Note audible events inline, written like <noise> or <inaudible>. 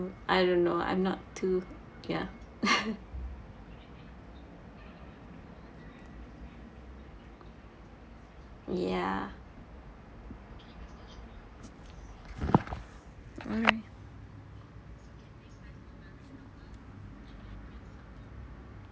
I don't know I'm not too ya <laughs> ya mm